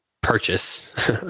purchase